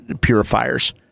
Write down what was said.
purifiers